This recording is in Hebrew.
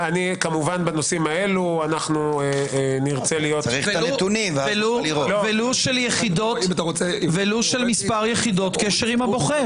בנושאים הללו אנו נרצה להיות- -- ולו של מספר יחידות קשר עם הבוחר.